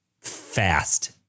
Fast